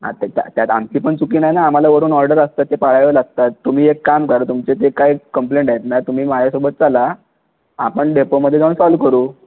आता त्यात आमची पण चुक नाही ना आम्हाला वरून ऑर्डर असतात ते पाळावे लागतात तुम्ही एक काम करा तुमचे जे काही कंप्लेंट आहेत ना तुम्ही माझ्यासोबत चला आपण डेपोमध्ये जाऊन सॉल करू